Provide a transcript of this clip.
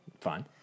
fine